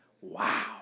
Wow